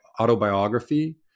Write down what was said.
autobiography